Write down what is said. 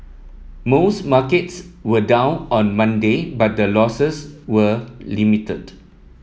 most markets were down on Monday but the losses were limited